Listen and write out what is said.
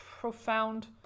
profound